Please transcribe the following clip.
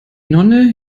nonne